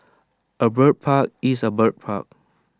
A bird park is A bird park